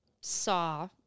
saw